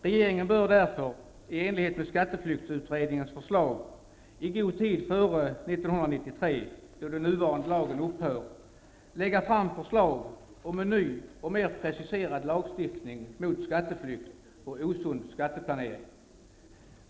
Regeringen bör därför i enlighet med skatteflyktsutredningens förslag, i god tid före 1993, då den nuvarande lagen upphör, lägga fram förslag om en ny och mer preciserad lagstiftning mot skatteflykt och osund skatteplanering.